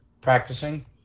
practicing